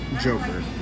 Joker